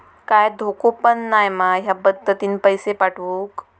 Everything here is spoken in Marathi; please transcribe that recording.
काय धोको पन नाय मा ह्या पद्धतीनं पैसे पाठउक?